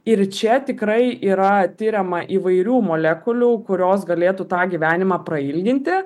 ir čia tikrai yra tiriama įvairių molekulių kurios galėtų tą gyvenimą prailginti